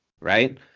Right